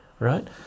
right